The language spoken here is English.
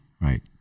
Right